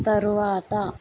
తరువాత